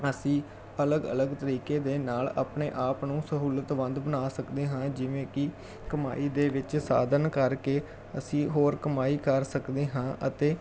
ਅਸੀਂ ਅਲੱਗ ਅਲੱਗ ਤਰੀਕੇ ਦੇ ਨਾਲ ਆਪਣੇ ਆਪ ਨੂੰ ਸਹੂਲਤ ਬੰਦ ਬਣਾ ਸਕਦੇ ਹਾਂ ਜਿਵੇਂ ਕਿ ਕਮਾਈ ਦੇ ਵਿੱਚ ਸਾਧਨ ਕਰਕੇ ਅਸੀਂ ਹੋਰ ਕਮਾਈ ਕਰ ਸਕਦੇ ਹਾਂ ਅਤੇ